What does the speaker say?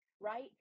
right